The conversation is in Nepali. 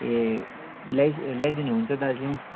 ए ल्याइ ल्याइदिनुहुन्छ दार्जिलिङ